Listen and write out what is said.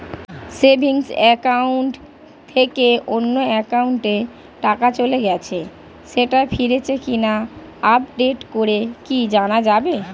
Savings account থেকে অন্য একাউন্টে টাকা চলে গেছে সেটা ফিরেছে কিনা আপডেট করে কি জানা যাবে?